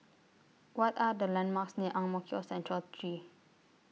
What Are The landmarks near Ang Mo Kio Central three